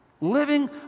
living